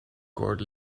kort